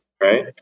right